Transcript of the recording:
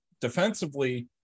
defensively